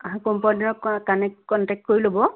হয় কম্পাউণ্ডৰক ক কানেক্ট কণ্টেক্ট কৰি ল'ব